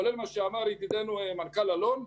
כולל מה שאמר ידידנו מנכ"ל אלון,